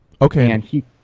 okay